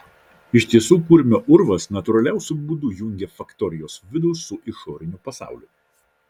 iš tiesų kurmio urvas natūraliausiu būdu jungė faktorijos vidų su išoriniu pasauliu